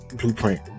blueprint